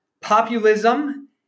populism